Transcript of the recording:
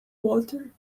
walter